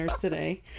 today